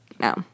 No